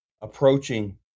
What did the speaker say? approaching